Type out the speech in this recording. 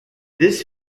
this